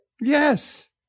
Yes